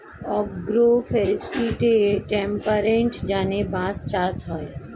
agro ফরেস্ট্রিতে temperate জোনে বাঁশ চাষ হয়